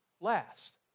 last